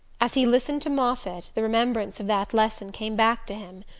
as he listened to moffatt the remembrance of that lesson came back to him.